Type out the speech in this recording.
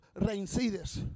reincides